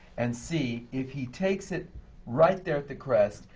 and c, if he takes it right there at the crest,